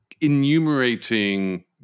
enumerating